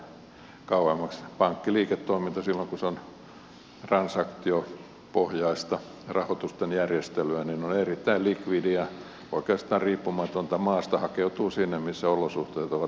pankkiliiketoiminta silloin kun se on transaktiopohjaista rahoitusten järjestelyä on erittäin likvidiä oikeastaan riippumatonta maasta hakeutuu sinne missä olosuhteet ovat parhaimmat